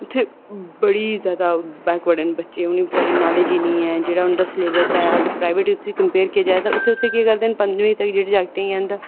उत्थै बड़ी जादा बैकवर्ड न बच्चे उ'नेंगी बेचारें गी नॉलेज़ निं ऐ जेह्ड़ा उं'दा सलेबस ऐ अगर प्राईवेट कन्नै कम्पेअर कीता जाए ते उत्थै केह् करदे न कि पंञमी धोड़ी जागतें गी